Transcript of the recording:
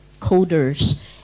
coders